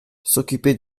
s’occuper